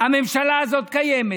הממשלה הזאת קיימת?